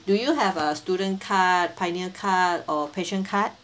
do you have a student card pioneer card or patient card